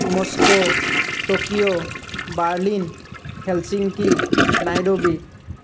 Moscow Tokyo Berlin Helsinki Nairobi